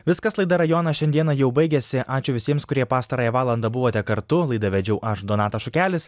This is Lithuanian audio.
viskas laida rajonas šiandieną jau baigiasi ačiū visiems kurie pastarąją valandą buvote kartu laidą vedžiau aš donatas šukelis